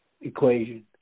equation